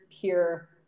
pure